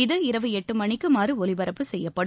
இது இரவு எட்டு மணிக்கு மறு ஒலிபரப்பு செய்யப்படும்